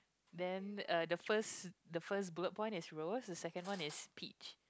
then uh the first the first bullet point is rose the second one is peach